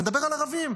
מדבר על ערבים?